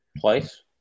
Twice